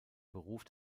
beruf